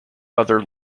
other